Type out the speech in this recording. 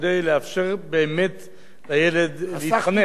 כדי לאפשר באמת לילד להתחנך,